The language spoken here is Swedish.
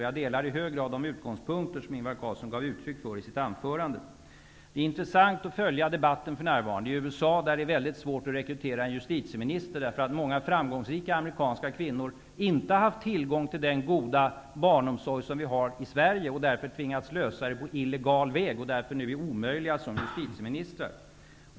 Jag delar i hög grad de utgångspunkter som Ingvar Carlsson gav uttryck för i sitt anförande. Det är intressant att följa debatten för närvarande. I USA är det mycket svårt att rekrytera en kvinnlig justitieminister, eftersom många framgångsrika amerikanska kvinnor inte har haft tillgång till den goda barnomsorg som vi har i Sverige och därför har tvingats att ordna den på illegal väg. De blir då omöjliga på posten som justitieminister.